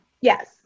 Yes